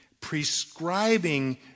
Prescribing